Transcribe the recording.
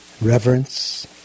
reverence